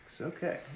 Okay